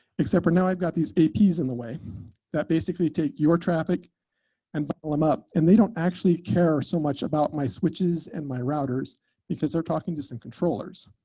except for now i've got these aps in the way that basically take your traffic and bottle them up. and they don't actually care so much about my switches and my routers because they're talking to some controllers.